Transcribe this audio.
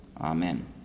amen